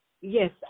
Yes